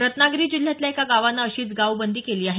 रत्नागिरी जिल्ह्यातल्या एका गावानं अशीच गावबंदी केली आहे